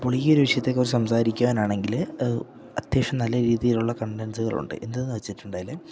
അപ്പോൾ ഈ ഒരു വിഷയത്തെക്കുറിച്ച് സംസാരിക്കാൻ ആണെങ്കിൽ അത്യാവശ്യം നല്ല രീതിയിലുള്ള കണ്ടൻസ്കളുണ്ട് എന്തെന്ന് വച്ചിട്ടുണ്ടേൽ